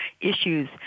issues